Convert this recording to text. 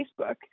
Facebook